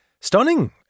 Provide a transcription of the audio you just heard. stunning